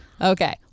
Okay